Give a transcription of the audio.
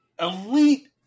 elite